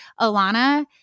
Alana